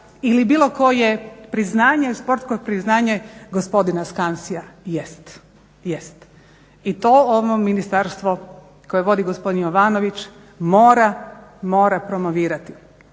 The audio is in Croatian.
ili bilo koje športsko priznanje gospodina Skansia? Jest. I to ovo ministarstvo koje vodi gospodin Jovanović mora promovirati,